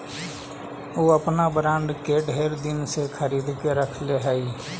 ऊ अपन बॉन्ड के ढेर दिन से खरीद के रखले हई